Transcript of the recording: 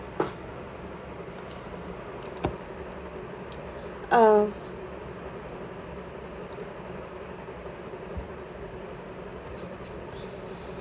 uh